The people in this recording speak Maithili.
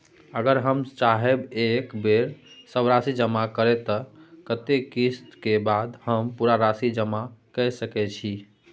अगर हम चाहबे एक बेर सब राशि जमा करे त कत्ते किस्त के बाद हम पूरा राशि जमा के सके छि?